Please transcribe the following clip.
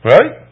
Right